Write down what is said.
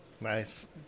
Nice